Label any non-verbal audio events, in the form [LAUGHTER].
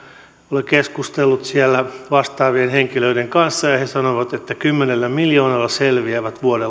olen keskustellut siellä vastaavien henkilöiden kanssa ja he sanoivat että kymmenellä miljoonalla selviävät vuoden [UNINTELLIGIBLE]